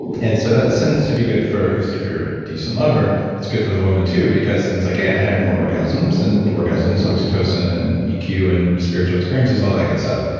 and so, that tends to be good for. at least if you're a decent lover, it's good for the woman, too, because it's like, hey, i had more orgasms. and orgasms, oxytocin and eq and spiritual experiences, all that good stuff.